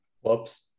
whoops